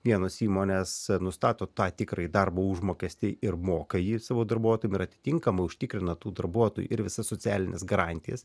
vienos įmonės nustato tą tikrąjį darbo užmokestį ir moka jį savo darbuotojams ir atitinkamai užtikrina tų darbuotojų ir visas socialines garantijas